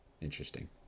interesting